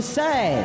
say